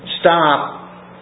Stop